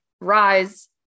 rise